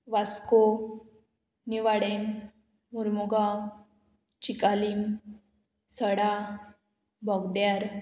वास्को निववाडें मोर्मुगांव चिकालीम सडा बोगद्यार